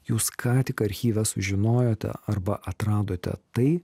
jūs ką tik archyve sužinojote arba atradote tai